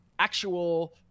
actual